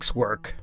work